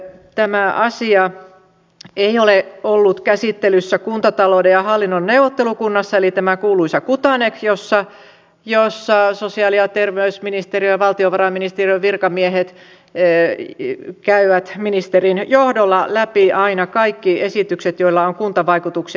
tämä asia ei ole ollut käsittelyssä kuntatalouden ja hallinnon neuvottelukunnassa eli tässä kuuluisassa kuthanekissa jossa sosiaali ja terveysministeriön ja valtiovarainministeriön virkamiehet käyvät ministerin johdolla läpi aina kaikki esitykset joilla on kuntavaikutuksia